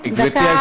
דקה.